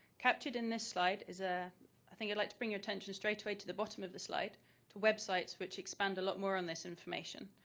captured in this slide is ah i think i'd like to bring your attention straight away to the bottom of the slide to websites which expand a lot more on this information.